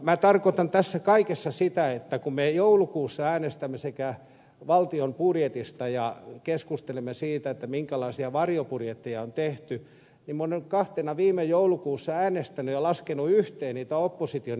minä tarkoitan tällä kaikella sitä että kun me joulukuussa äänestämme valtion budjetista ja keskustelemme siitä minkälaisia varjobudjetteja on tehty niin olen kahtena viime joulukuuna äänestänyt ja laskenut yhteen niitä opposition esityksiä